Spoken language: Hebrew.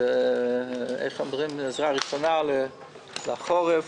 עזרה ראשונה לחורף.